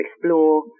explore